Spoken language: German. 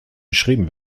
beschrieben